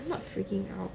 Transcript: I'm not freaking out